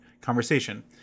conversation